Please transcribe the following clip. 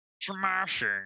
Smashing